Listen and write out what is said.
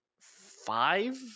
five